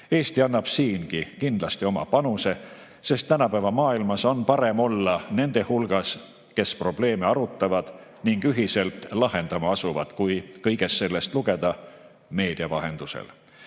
Eesti annab siingi kindlasti oma panuse, sest tänapäeva maailmas on parem olla nende hulgas, kes probleeme arutavad ning ühiselt lahendama asuvad, kui et sellest kõigest lugeda meedia vahendusel. Kõigi